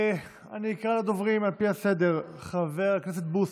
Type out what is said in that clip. אני אקרא לדוברים על פי הסדר: חבר הכנסת בוסו,